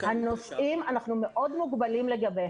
אנחנו מאוד מוגבלים לגבי הנושאים.